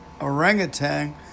orangutan